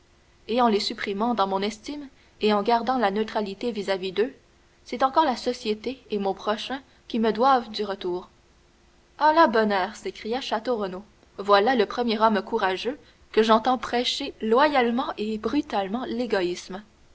en les supprimant dans mon estime et en gardant la neutralité vis-à-vis d'eux c'est encore la société et mon prochain qui me doivent du retour à la bonne heure s'écria château renaud voilà le premier homme courageux que j'entends prêcher loyalement et brutalement l'égoïsme